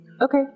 Okay